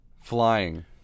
Flying